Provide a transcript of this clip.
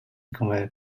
come